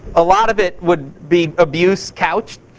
a lot of it would be abuse couched,